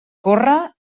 córrer